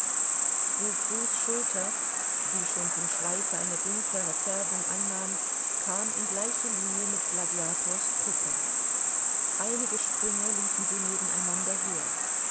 frou frous schulter die schon vom schweiße eine dunklere färbung annahm kam in gleiche linie mit gladiators kruppe einige sprünge liefen sie nebeneinanderher aber